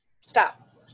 Stop